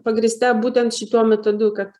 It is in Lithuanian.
pagrįsta būtent šituo metodu kad